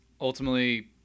ultimately